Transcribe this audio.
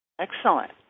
Excellent